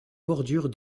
bordure